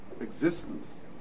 existence